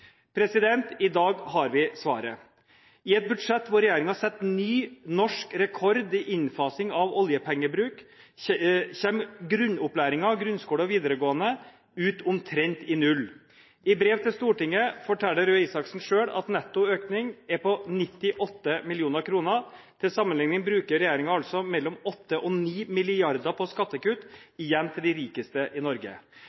I dag har vi svaret. I et budsjett hvor regjeringen setter ny norsk rekord i innfasing av oljepengebruk, kommer grunnopplæringen, grunnskole og videregående, ut omtrent i null. I brev til Stortinget forteller statsråd Røe Isaksen at netto økning er på 98 mill. kr. Til sammenligning bruker regjeringen mellom 8 og 9 mrd. kr på